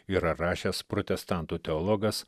yra rašęs protestantų teologas